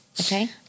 Okay